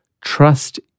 trust